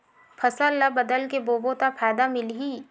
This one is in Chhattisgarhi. फसल ल बदल के बोबो त फ़ायदा मिलही?